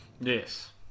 Yes